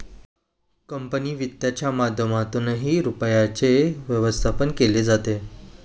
company वित्तच्या माध्यमातूनही रुपयाचे व्यवस्थापन केले जाते